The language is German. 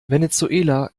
venezuela